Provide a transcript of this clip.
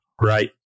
right